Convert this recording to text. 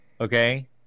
Okay